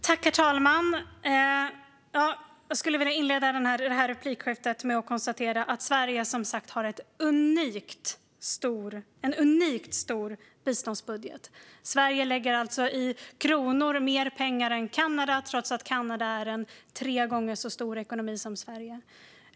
Herr talman! Jag skulle vilja inleda det här replikskiftet med att konstatera att Sverige, som sagt, har en unikt stor biståndsbudget. Sverige lägger alltså i kronor mer pengar än Kanada, trots att Kanada är en tre gånger så stor ekonomi som Sverige.